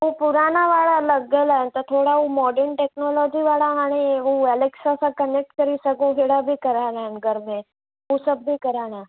हू पुराना वारा लॻियल आहिनि त थोरा हू मॉडन टेक्नोलॉजी वारा हाणे हू एलेक्सा सां कनेक्ट करे सघूं अहिड़ा बि कराइणा आहिनि घर में हू सभु बि कराइणा आहिनि